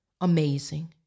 Amazing